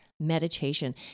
meditation